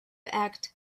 act